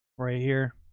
right here.